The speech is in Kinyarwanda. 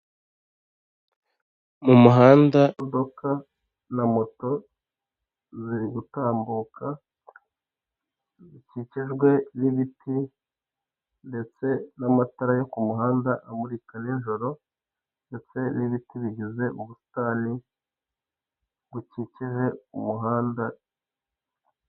Mu muhanda imodoka na moto ziri gutambuka zikikijwe n'ibiti ndetse n'amatara yo ku muhanda amurika nijoro, ndetse n'ibiti bigize ubusitani bukikije umuhanda.